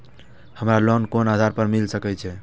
हमरा लोन कोन आधार पर मिल सके छे?